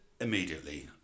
immediately